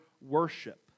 worship